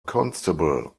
constable